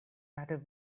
matter